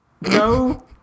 No